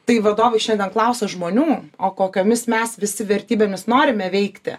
tai vadovai šiandien klausia žmonių o kokiomis mes visi vertybėmis norime veikti